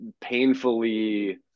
painfully